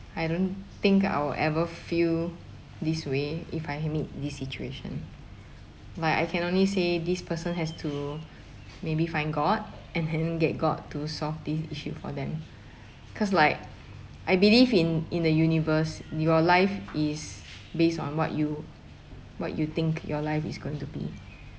I don't think I will ever feel this way if I had meet this situation but I can only say this person has to maybe find god and then get god to solve this issue for them cause like I believe in in the universe your life is based on what you what you think your life is going to be